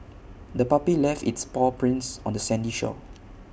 the puppy left its paw prints on the sandy shore